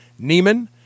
Neiman